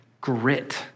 grit